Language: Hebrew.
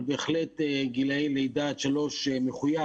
אבל בהחלט גילאי לידה עד שלוש מחויב,